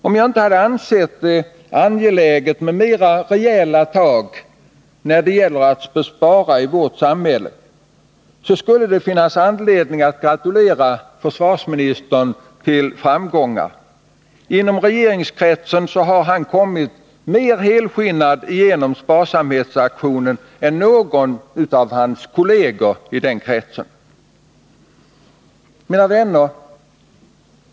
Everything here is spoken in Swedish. Om jag inte hade ansett att det är angeläget med mera rejäla tag när det gäller att spara i vårt samhälle, så skulle det ha funnits anledning att gratulera försvarsministern till framgångarna. Inom regeringskretsen har han kommit mer helskinnad igenom sparsamhetsaktionen än någon annan av hans kolleger. Mina vänner!